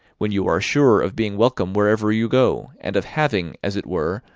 when you are sure of being welcome wherever you go, and of having, as it were,